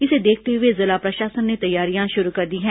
इसे देखते हुए जिला प्रशासन ने तैयारियां शुरू कर दी हैं